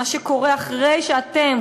מה שיקרה אחרי שאתם,